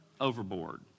overboard